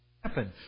happen